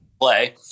play